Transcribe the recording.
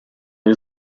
nie